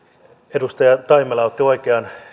edustaja taimela otti oikean